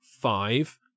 five